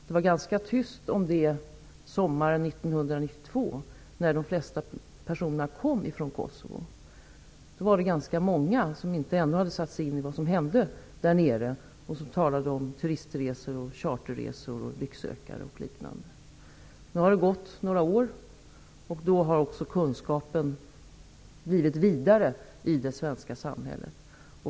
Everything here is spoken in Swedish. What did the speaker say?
Det var ganska tyst om det sommaren 1992, när de flesta personerna från Kosovo kom. Då var det ganska många som ännu inte hade satt sig in i vad som hände där nere, som talade om turistresor, charterresor, lycksökare och liknande. Nu har det gått några år. Då har också kunskapen blivit vidare i det svenska samhället.